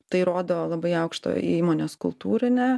tai rodo labai aukštą įmonės kultūrinę